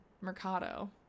Mercado